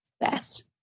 best